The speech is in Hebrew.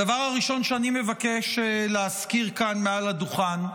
הדבר הראשון שאני מבקש להזכיר כאן, מעל הדוכן,